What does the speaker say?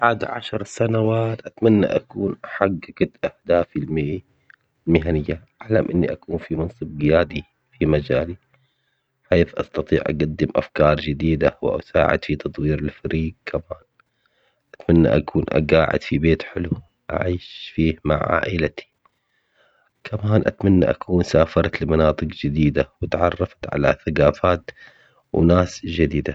بعد عشر سنوات أتمنى أكون حققت أهدافي المه- المهنية، أحلم إني أكون في منصب قيادي في مجالي بحيث أستطيع أقدم أفكار جديدة وأساعد في تطوير الفري كمان، أتمنى أكون قاعد في بيت حلو، أعيش فيه مع عائلتي، كمان أتمنى أكون سافرت لمناطق جديدة وتعرفت على ثقافات وناس جديدة.